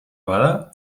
bada